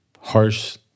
harsh